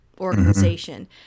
organization